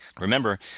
remember